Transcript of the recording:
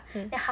mm